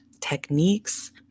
techniques